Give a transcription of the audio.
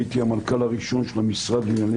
הייתי המנכ"ל הראשון של המשרד לענייני